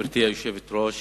גברתי היושבת-ראש,